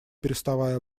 переставая